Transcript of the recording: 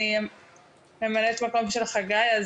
אני ממלאת מקום של חגי.